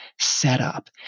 setup